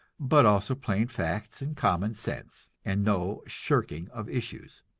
but also plain facts and common sense, and no shirking of issues.